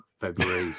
February